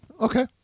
Okay